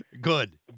Good